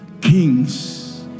kings